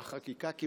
הוא